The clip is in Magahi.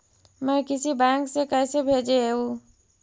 मैं किसी बैंक से कैसे भेजेऊ